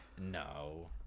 no